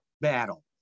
battle